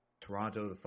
Toronto